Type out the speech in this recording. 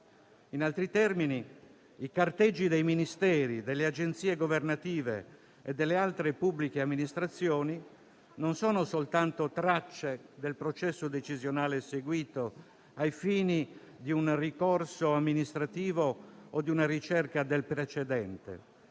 In altri termini, i carteggi dei Ministeri, delle Agenzie governative e delle altre pubbliche amministrazioni non sono soltanto tracce del processo decisionale seguito ai fini di un ricorso amministrativo o di una ricerca del precedente;